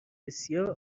بسیار